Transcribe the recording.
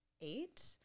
eight